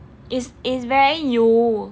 is is very you